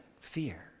fear